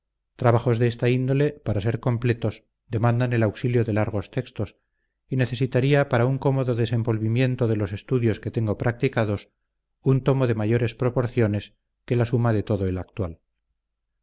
trabajos de esta índole para ser completos demandan el auxilio de largos textos y necesitaría para un cómodo desenvolvimiento de los estudios que tengo practicados un tomo de mayores proporciones que la suma de todo el actual